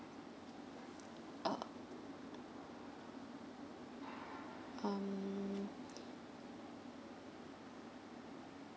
uh um